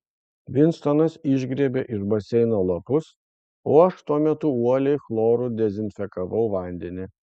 vinstonas išgriebė iš baseino lapus o aš tuo metu uoliai chloru dezinfekavau vandenį